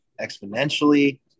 exponentially